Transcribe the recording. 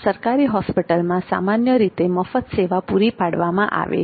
સરકારી હોસ્પિટલમાં સામાન્ય રીતે મફત સેવા પૂરી પાડવામાં આવે છે